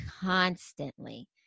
constantly